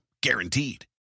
Guaranteed